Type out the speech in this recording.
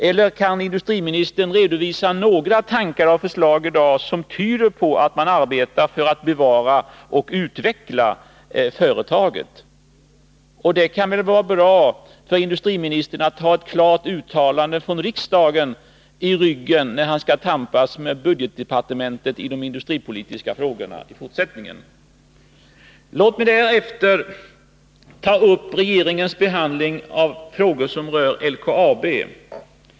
Eller kan industriministern i dag redovisa några tankar och förslag som tyder på att man arbetar för att bevara och utveckla företaget? Det kan väl vara bra för industriministern att ha ett klart uttalande från riksdagen i ryggen när han skall tampas med budgetdepartementet i de industripolitiska frågorna i fortsättningen. Låt mig därefter ta upp regeringens behandling av de frågor som rör LKAB.